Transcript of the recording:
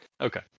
Okay